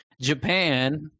Japan